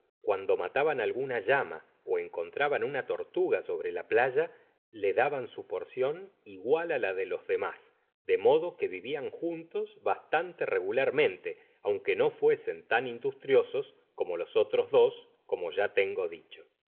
cuando mataban alguna llama ó encontraban una tortuga sobre la playa la daban su porcion igual á la de los demas de modo que vivían juntos bastante regularmente aunque no fuesen tan industriosos como los otros dos como ya tengo dicho